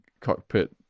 cockpit